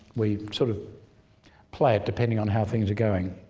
we sort of play it depending on how things are going.